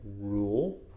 rule